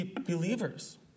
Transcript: believers